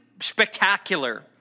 spectacular